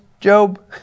Job